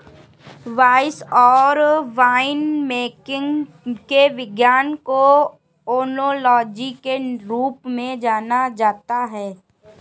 wine और winemaking के विज्ञान को ओनोलॉजी के रूप में जाना जाता है